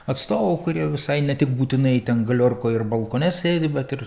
atstovų kurie visai ne tik būtinai ten galiorkoj ir balkone sėdi bet ir